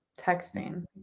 texting